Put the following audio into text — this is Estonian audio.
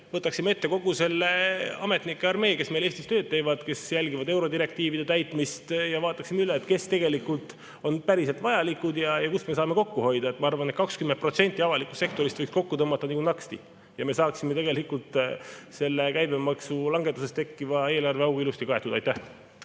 võtaksime ette kogu selle ametnike armee, kes meil Eestis tööd teeb, kes jälgib eurodirektiivide täitmist, ja vaataksime üle, kes on päriselt vajalikud ja kust me saaksime kokku hoida. Ma arvan, et 20% avalikust sektorist võiks kokku tõmmata nagu naksti. Nii me saaksime tegelikult selle käibemaksu langetamisest tekkiva eelarveaugu ilusti kaetud. Aitäh!